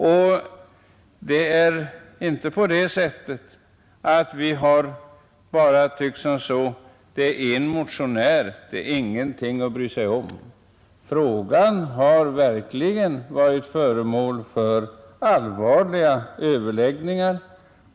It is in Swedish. Vi har inte inom utskottet resonerat så att ”det är bara en motionär, det är ingenting att bry sig om”. Frågan har verkligen varit föremål för allvarliga överläggningar.